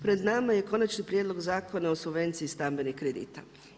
Pred nama je Konačni prijedlog Zakona o subvenciji stambenih kredita.